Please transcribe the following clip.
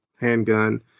handgun